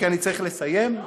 מסיים.